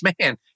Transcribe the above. man